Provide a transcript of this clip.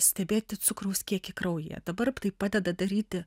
stebėti cukraus kiekį kraujyje dabar tai padeda daryti